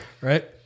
right